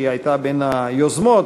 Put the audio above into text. שהייתה בין היוזמות,